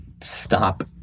stop